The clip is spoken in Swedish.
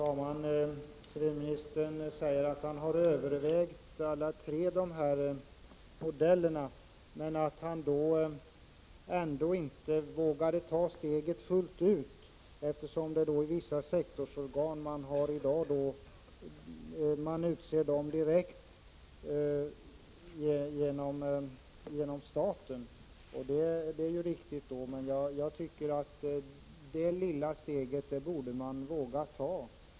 Herr talman! Civilministern säger att han har övervägt alla tre modellerna, men att han ändå inte vågade ta steget fullt ut, eftersom ledamöterna i vissa sektorsorgan utses direkt av staten. Det är ju riktigt, men det lilla steget borde man kunna ta.